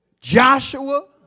Joshua